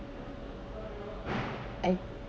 I